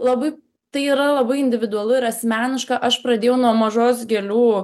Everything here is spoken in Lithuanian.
labai tai yra labai individualu ir asmeniška aš pradėjau nuo mažos gėlių